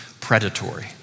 predatory